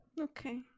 okay